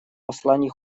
посланий